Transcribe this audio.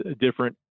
different